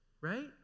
right